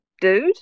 dude